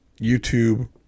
YouTube